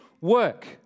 work